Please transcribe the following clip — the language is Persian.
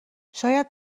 شاید